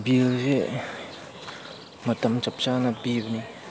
ꯕꯤꯜꯁꯦ ꯃꯇꯝ ꯆꯞ ꯆꯥꯅ ꯄꯤꯕꯅꯤ